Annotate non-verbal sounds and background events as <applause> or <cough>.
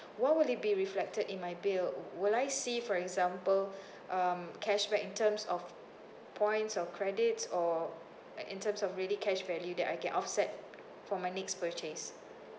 what would it be reflected in my bill will I see for example <breath> um cashback in terms of points or credits or like in terms of really cash value that I can offset for my next purchase